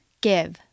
Give